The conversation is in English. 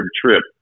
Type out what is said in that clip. trip